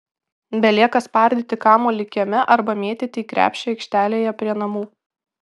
belieka spardyti kamuolį kieme arba mėtyti į krepšį aikštelėje prie namų